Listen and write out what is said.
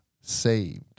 saved